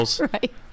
Right